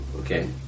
Okay